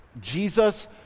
Jesus